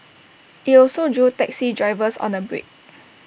IT also drew taxi drivers on A break